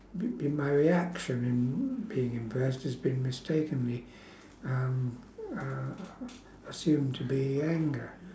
be~ be~ my reaction and being impressed has been mistakenly um uh assumed to be anger